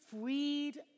freed